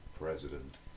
President